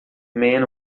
men